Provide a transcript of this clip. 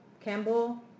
Campbell